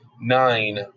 nine